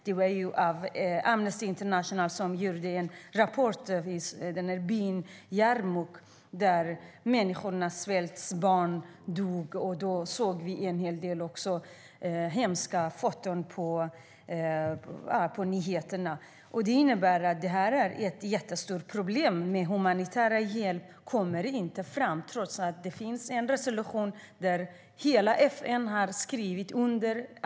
Då kom Amnesty International med en rapport om byn Yarmuk där människorna svälte och barn dog - vi såg en hel del hemska foton på nyheterna. Det innebär att det är ett jättestort problem att humanitär hjälp inte kommer fram trots att det finns en resolution som hela FN har skrivit under.